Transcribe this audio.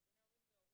ארגוני הורים זה הורים.